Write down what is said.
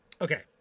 Okay